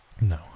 No